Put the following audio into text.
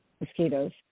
mosquitoes